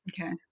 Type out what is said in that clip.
Okay